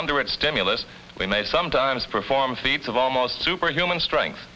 under its stimulus we may sometimes perform feats of almost superhuman strength